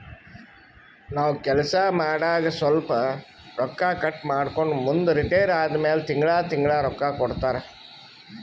ನಾವ್ ಕೆಲ್ಸಾ ಮಾಡಾಗ ಸ್ವಲ್ಪ ರೊಕ್ಕಾ ಕಟ್ ಮಾಡ್ಕೊಂಡು ಮುಂದ ರಿಟೈರ್ ಆದಮ್ಯಾಲ ತಿಂಗಳಾ ತಿಂಗಳಾ ರೊಕ್ಕಾ ಕೊಡ್ತಾರ